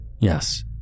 yes